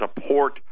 support